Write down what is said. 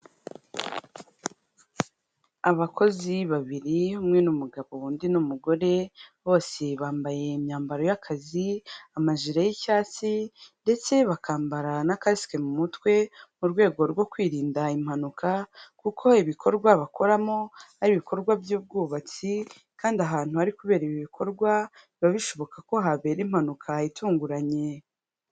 Abakozi babiri, umwe n'umugabo undi n'umugore, bose bambaye imyambaro y'akazi amajire y'icyatsi ndetse bakambara na kasike mu mutwe mu rwego rwo kwirinda impanuka, kuko ibikorwa bakoramo ari ibikorwa by'ubwubatsi kandi ahantu hari kubera ibi bikorwa biba bishoboka ko habera impanuka itunguranye.